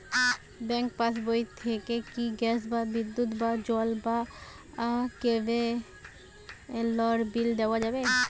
Bank পাশবই থেকে কি গ্যাস বা বিদ্যুৎ বা জল বা কেবেলর বিল দেওয়া যাবে?